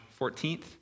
14th